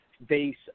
base